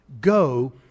go